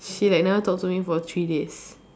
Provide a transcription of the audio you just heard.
she like never talk to me for three days